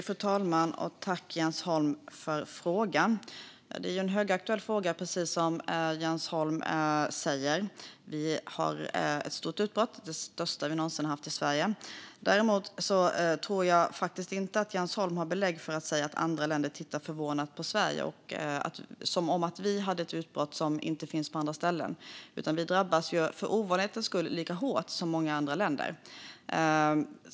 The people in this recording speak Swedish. Fru talman! Tack, Jens Holm, för frågan! Ja, det är en högaktuell fråga, precis som Jens Holm säger. Vi har ett stort utbrott, det största som vi någonsin haft i Sverige. Däremot tror jag faktiskt inte att Jens Holm har belägg för att säga att andra länder tittar förvånat på Sverige, som om vi hade ett utbrott som inte finns på andra ställen. Vi drabbas ju för ovanlighetens skull lika hårt som många andra länder.